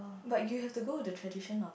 but you have to go with the tradition of